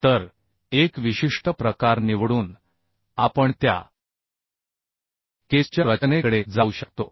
तर एक विशिष्ट प्रकार निवडून आपण त्या केसच्या रचनेकडे जाऊ शकतो